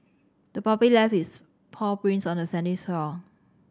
the puppy left its paw prints on the sandy shore